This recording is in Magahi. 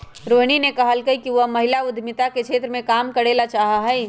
रोहिणी ने कहल कई कि वह महिला उद्यमिता के क्षेत्र में काम करे ला चाहा हई